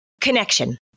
Connection